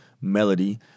Melody